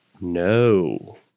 No